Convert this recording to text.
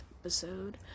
episode